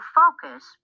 focus